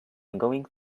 going